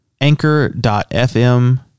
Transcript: anchor.fm